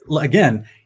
again